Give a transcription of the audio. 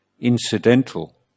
incidental